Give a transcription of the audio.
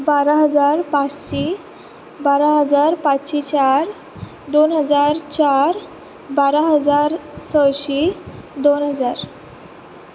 बारा हजार पांचशीं बारा हजार पांचशीं चार दोन हजार चार बारा हजार सशीं दोन हजार